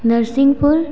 Narsinghpur